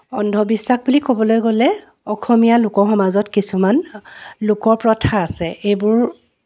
অন্ধবিশ্বাস বুলি ক'বলৈ গ'লে অসমীয়া লোকসমাজত কিছুমান লোক প্ৰথা আছে এইবোৰ